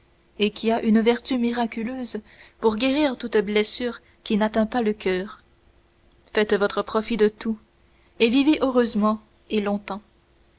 et qui a une vertu miraculeuse pour guérir toute blessure qui n'atteint pas le coeur faites votre profit du tout et vivez heureusement et longtemps